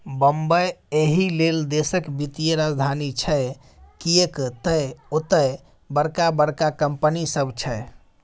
बंबई एहिलेल देशक वित्तीय राजधानी छै किएक तए ओतय बड़का बड़का कंपनी सब छै